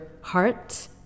heart